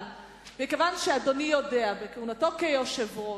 אבל מכיוון שאדוני יודע, בכהונתו כיושב-ראש,